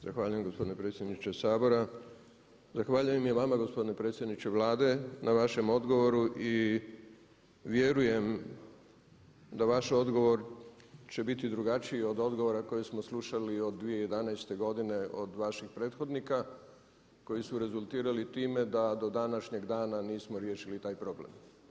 Zahvaljujem gospodine predsjedniče Sabora, zahvaljujem i vama gospodine predsjedniče Vlade na vašem odgovoru i vjerujem da vaš odgovor će biti drugačiji od odgovora koji smo slušali od 2011. godine od vaših prethodnika koji su rezultirali time da do današnjeg dana nismo riješili taj problem.